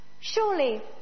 Surely